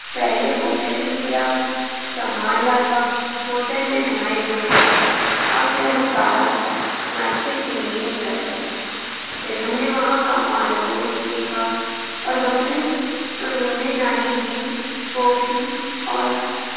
پہلے ہوٹل لیا سامان رکھا ہوٹل میں نہائے دھوئے اور پھر ہم باہر ناشتے کے لیے نکل گئے پھر ہم نے وہاں کا مال روڈ دیکھا اور ہم نے اور ہم نے نانی جھیل کو بھی اور